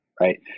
right